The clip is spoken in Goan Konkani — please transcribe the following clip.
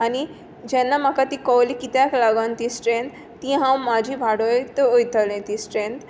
आनी जेन्ना म्हाका ती कळ्ळी कित्याक लागून ती स्थ्रँथ ती हांव म्हजी वाडयत वयतलें तीं स्थ्रँथ